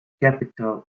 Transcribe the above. capital